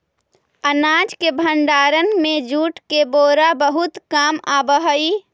अनाज के भण्डारण में जूट के बोरा बहुत काम आवऽ हइ